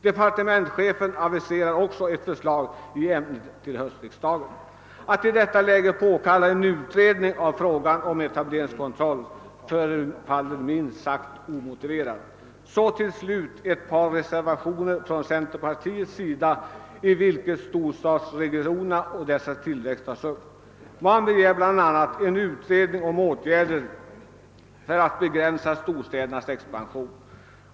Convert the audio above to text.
Departementschefen aviserar ett förslag i ämnet till höstriksdagen. Att i detta läge påkalla en utredning av frågan om etableringskontroll förefaller minst sagt omotiverat. Så till sist ett par reservationer från centerpartiets sida, i vilka storstadsregionerna och dessas tillväxt tas upp. Man begär i en reservation vid punkten O en utredning om åtgärder för att begränsa storstädernas expansion.